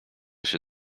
się